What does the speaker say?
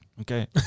okay